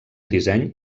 disseny